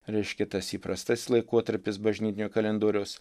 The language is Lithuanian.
reiškia tas įprastasis laikotarpis bažnytinio kalendoriaus